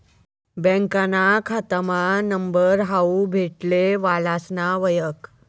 बँकाना खातामा नंबर हावू भेटले वालासना वयख